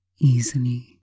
easily